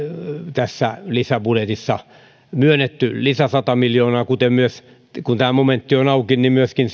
tässä lisäbudjetissa myönnetyn lisän sata miljoonaa kuten kun tämä momentti on auki myöskin